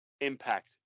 Impact